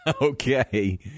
okay